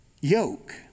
yoke